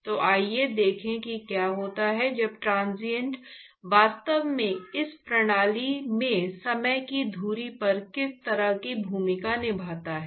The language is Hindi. तो आइए देखें कि क्या होता है जब ट्रांसिएंट वास्तव में इस प्रणाली में समय की धुरी पर किस तरह की भूमिका निभाता है